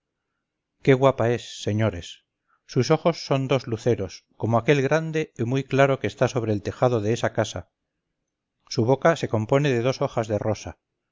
qué guapa es señores sus ojos son dos luceros como aquel grande y muy claro que está sobre el tejado de esa casa su boca se compone de dos hojas de rosa